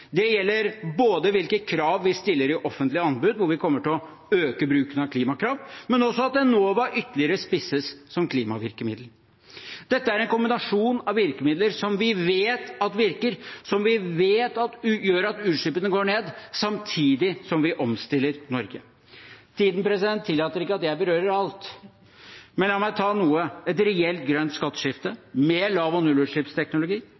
Det gjelder både hvilke krav vi stiller i offentlige anbud, hvor vi kommer til å øke bruken av klimakrav, og også at Enova ytterligere spisses som klimavirkemiddel. Dette er en kombinasjon av virkemidler som vi vet at virker, som vi vet gjør at utslippene går ned, samtidig som vi omstiller Norge. Tiden tillater ikke at jeg berører alt, men la meg ta noe: et reelt grønt skatteskifte mer lav- og nullutslippsteknologi